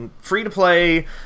free-to-play